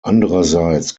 andererseits